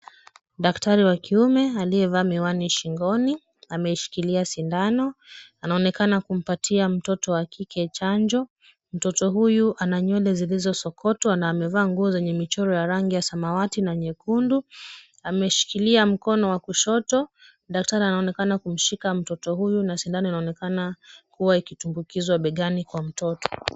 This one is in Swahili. Daktari wa kiume aliyevaa miwani shingoni ameshikilia sindano. Anaonekana kumpatia mtoto wa kike chanjo. Mtoto huyu ana nywele zilizosokotwa na amevaa nguo zenye michoro ya rangi ya samawati na nyekundu. Ameshikilia mkono wa kushoto. Daktari anaonekana kumshika mtoto huyu na sindano inaonekana kuwa ikitumbukizwa begani kwa mtoto.